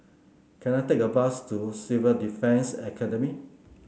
can I take a bus to Civil Defence Academy